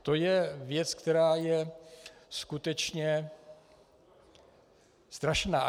To je věc, která je skutečně strašná.